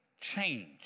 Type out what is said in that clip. change